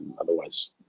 otherwise